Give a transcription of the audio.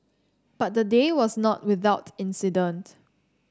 but the day was not without incident